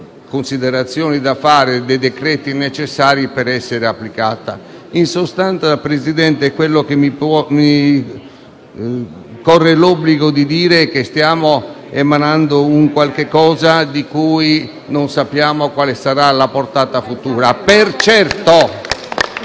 considerazioni e richiederà altri decreti per essere applicata. In sostanza, Presidente, quello che mi corre l'obbligo di dire è che stiamo approvando qualcosa di cui non sappiamo quale sarà la portata futura. *(Applausi